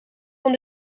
van